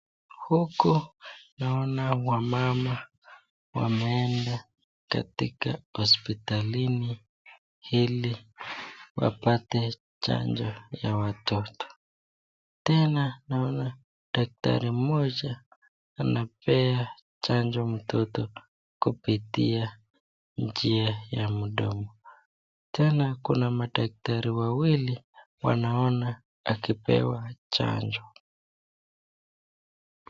Huku naona wamama wameenda katika hospitali hili wapate chanjo ya watoto , tena naona daktari moja anapea chanjo mtoto kupitea njia ya mdomo tena kuna madaktari wawili wanaona akipewa chanjo.